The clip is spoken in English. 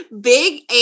Big